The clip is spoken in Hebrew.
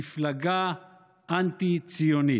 מפלגה אנטי-ציונית.